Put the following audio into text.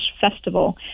festival